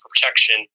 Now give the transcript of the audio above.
protection